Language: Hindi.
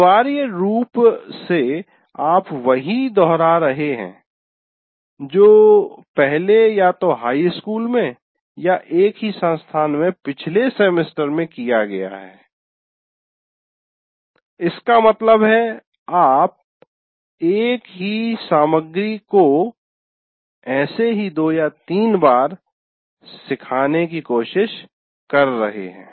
अनिवार्य रूप से आप वही दोहरा रहे हैं जो पहले या तो हाई स्कूल में या एक ही संस्थान में पिछले सेमेस्टर में किया गया है इसका मतलब है आप एक ही सामग्री को ऐसे ही दो या तीन बार सिखाने की कोशिश कर रहे है